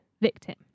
victim